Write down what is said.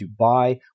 Dubai